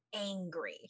angry